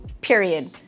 period